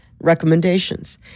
recommendations